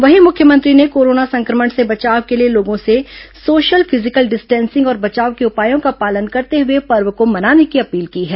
वहीं मुख्यमंत्री ने कोरोना संक्रमण से बचाव के लिए लोगों से सोशल फिजिकल डिस्टेंसिंग और बचाव के उपायों का पालन करते हुए पर्व को मनाने की अपील की है